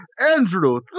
Andrew